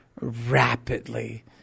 rapidly